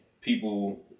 people